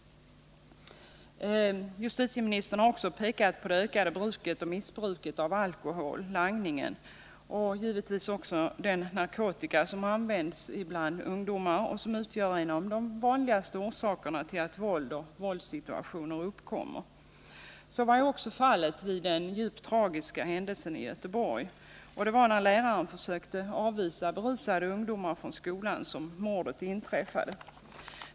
Justitieministern har också pekat på det ökade bruket och missbruket av alkohol, på langningen och på narkotikabruket bland ungdomen som de vanligaste orsakerna till att våld och våldssituationer uppkommer. Ett sådant samband fanns också vid den djupt tragiska händelsen i Göteborg. Det var när läraren försökte avvisa berusade ungdomar från skolan som mordet inträffade.